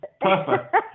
Perfect